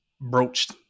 broached